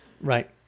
right